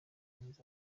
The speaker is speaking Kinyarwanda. mwiza